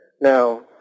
Now